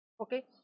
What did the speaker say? okay